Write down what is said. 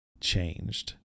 changed